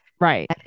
Right